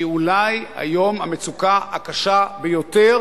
שהיא היום אולי המצוקה הקשה ביותר